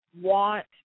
want